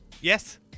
Yes